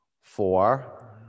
four